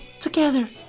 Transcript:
together